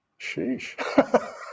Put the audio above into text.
Sheesh